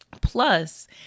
Plus